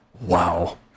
Wow